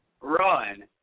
run